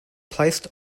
placed